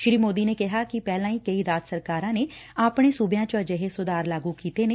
ਸ੍ਰੀ ਮੋਦੀ ਨੇ ਕਿਹਾ ਕਿ ਪਹਿਲਾਂ ਹੀ ਕਈ ਰਾਜ ਸਰਕਾਰਾਂ ਨੇ ਆਪਣੇ ਸੁਬਿਆਂ ਚ ਅਜਿਹੇ ਸੁਧਾਰ ਲਾਗੁ ਕੀਤੇ ਨੇ